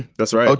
that's right.